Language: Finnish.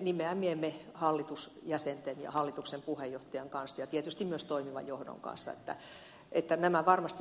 nimeämiemme hallitusjäsenten ja hallituksen puheenjohtajan kanssa ja tietysti myös toimivan johdon kanssa jotta nämä varmasti välittyvät